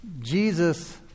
Jesus